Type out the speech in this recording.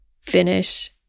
finish